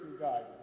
guidance